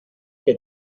que